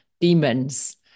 demons